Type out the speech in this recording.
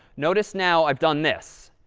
notice now i've done this.